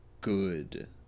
good